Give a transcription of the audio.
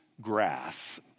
grass